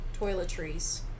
toiletries